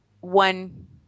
one